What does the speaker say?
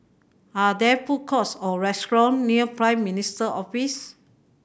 are there food courts or restaurant near Prime Minister's Office